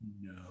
No